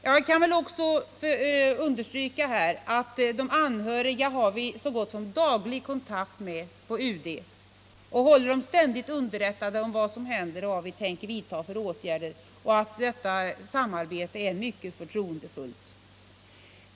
Jag kan också understryka att vi från UD har så gott som daglig kontakt med de anhöriga. Vi håller dem ständigt underrättade om vad som händer och vilka åtgärder vi tänker vidta. Detta samarbete är mycket förtroendefullt.